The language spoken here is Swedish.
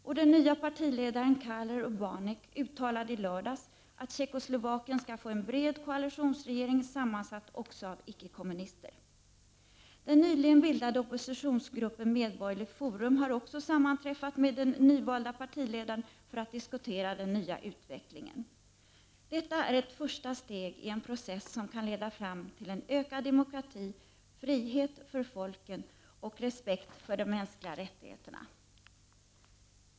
Och den nye partiledaren Karel Urba nek uttalade i lördags, att Tjeckoslovakien skall få en bred koalitionsrege = Prot. 1989/90:35 ring sammansatt också av icke-kommunister. 29 november 1989 Den nyligen bildade oppositionsgruppen Medborgerligt forum har också. sammanträffat med den nyvalde partiledaren för att diskutera den nya utvecklingen. Detta är ett första steg i en process som kan leda fram till en ökad demokrati, frihet för folken och respekt för de mänskliga rättigheterna.